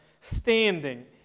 standing